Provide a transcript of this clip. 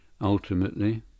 ultimately